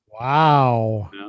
Wow